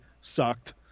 sucked